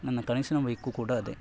ನನ್ನ ಕನಸಿನ ಬೈಕು ಕೂಡ ಅದೇ